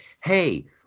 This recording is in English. Hey